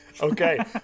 Okay